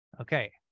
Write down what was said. Okay